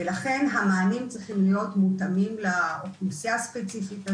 ולכן המענים צריכים להיות מותאמים לאוכלוסיה הספציפית הזאת.